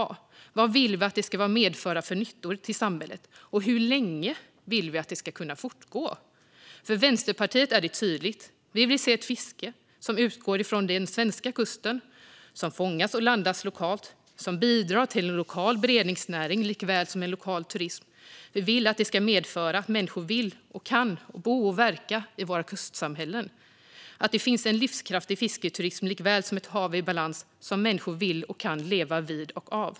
Vilka nyttor vill vi att det ska medföra till samhället, och hur länge vill vi att det ska kunna fortgå? För Vänsterpartiet är det tydligt. Vi vill se ett fiske som utgår från den svenska kusten, som fångas och landas lokalt och som bidrar till en lokal beredningsnäring likaväl som till en lokal turism. Vi vill att det ska medföra att människor vill och kan bo och verka i våra kustsamhällen och att det finns såväl en livskraftig fisketurism som ett hav i balans som människor vill och kan leva vid och av.